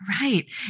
Right